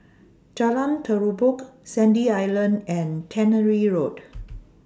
Jalan Terubok Sandy Island and Tannery Road